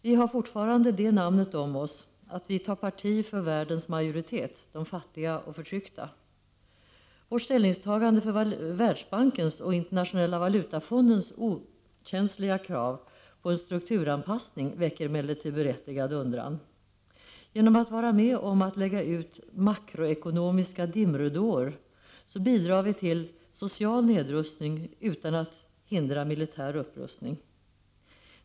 Vi har fortfarande det namnet om oss att vi tar parti för världens majoritet: de fattiga och förtryckta. Vårt ställningstagande för Världsbankens och Internationella valutafondens okänsliga krav på en strukturanpassning väcker emel 27 lertid berättigad undran. Genom att vara med om att lägga ut makroekonomiska dimridåer bidrar vi till social nedrustning utan att hindra militär upprustning.